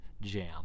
jam